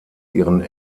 ihren